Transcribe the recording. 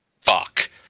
fuck